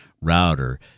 router